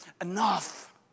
enough